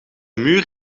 muur